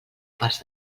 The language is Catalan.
parts